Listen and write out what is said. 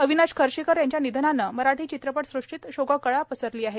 अविनाश खर्शीकर यांच्या निधनानं मराठी चित्रपटसृष्टीत शोककळा पसरली आहे